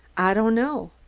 i don't know.